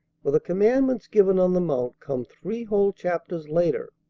for the commandments given on the mount come three whole chapters later.